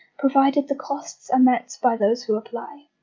provided the costs are met by those who apply.